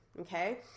okay